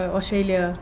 Australia